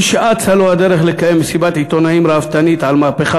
מי שאצה לו הדרך לקיים מסיבת עיתונאים ראוותנית על מהפכה